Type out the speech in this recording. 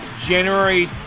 January